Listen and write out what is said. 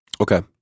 Okay